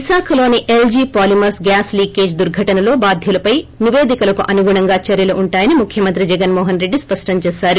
విశాఖలోని LG polymers gas leakage దుర్ఘటనలో బాధ్యులపై నివేదికలకు అనుగుణంగా చర్యలు ఉంటాయని ముఖ్యమంత్రి జగన్మోహన్ రెడ్డి స్పష్టం చేశారు